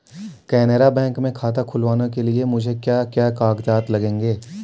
Canara bank में खाता खुलवाने के लिए मुझे क्या क्या कागजात लगेंगे?